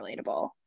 relatable